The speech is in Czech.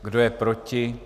Kdo je proti?